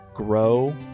grow